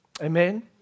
Amen